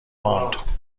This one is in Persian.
ماند